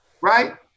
right